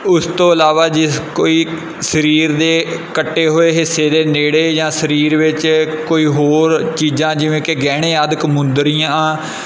ਉਸ ਤੋਂ ਇਲਾਵਾ ਜਿਸ ਕੋਈ ਸਰੀਰ ਦੇ ਕੱਟੇ ਹੋਏ ਹਿੱਸੇ ਦੇ ਨੇੜੇ ਜਾਂ ਸਰੀਰ ਵਿੱਚ ਕੋਈ ਹੋਰ ਚੀਜ਼ਾਂ ਜਿਵੇਂ ਕਿ ਗਹਿਣੇ ਆਦਿਕ ਮੁੰਦਰੀਆਂ